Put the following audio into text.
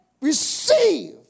receive